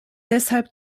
deshalb